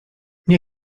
nie